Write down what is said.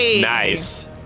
Nice